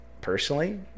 Personally